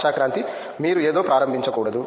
ఆశా క్రాంతి మీరు ఏదో ప్రారంభించకూడదు